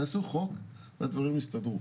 תעשו חוק והדברים יסתדרו.